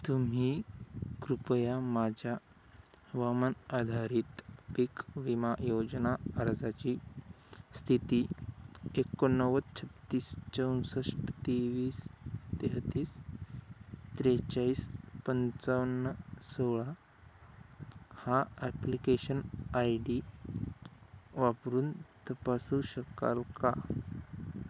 तुम्ही कृपया माझ्या हवामान आधारित पीक विमा योजना अर्जाची स्थिती एकोणनव्वद छत्तीस चौसष्ट तेवीस तेहतीस त्रेचाळीस पंचावन्न सोळा हा ॲप्लिकेशन आय डी वापरून तपासू शकाल का